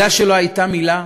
מילה שלו הייתה מילה,